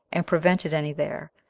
and prevented any there,